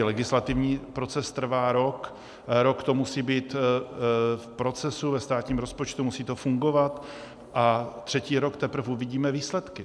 Legislativní proces trvá rok, rok to musí být v procesu ve státním rozpočtu, musí to fungovat, a třetí rok teprve uvidíme výsledky.